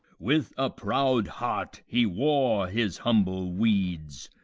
with a proud heart he wore his humble weeds.